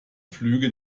flüge